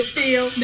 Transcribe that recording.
feel